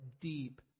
deep